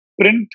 print